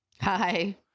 hi